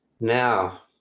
now